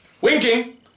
Winking